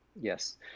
Yes